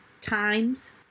times